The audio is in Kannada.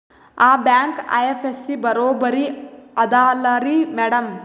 ಆ ಬ್ಯಾಂಕ ಐ.ಎಫ್.ಎಸ್.ಸಿ ಬರೊಬರಿ ಅದಲಾರಿ ಮ್ಯಾಡಂ?